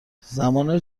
زمان